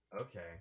Okay